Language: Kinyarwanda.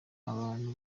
abantu